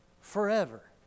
forever